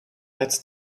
it’s